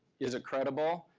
is it credible?